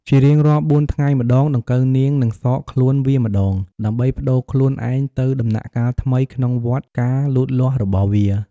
ជារៀងរាល់បួនថ្ងៃម្តង ដង្កូវនាងនឹងសកខ្លួនវាម្ដង ដើម្បីប្ដូរខ្លួនឯងទៅដំណាក់កាលថ្មីក្នុងវដ្តការលូតលាស់របស់វា។